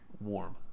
warm